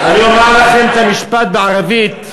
אני אומר לכם את המשפט בערבית,